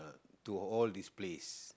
to all these place